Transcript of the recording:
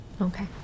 Okay